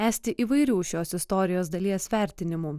esti įvairių šios istorijos dalies vertinimų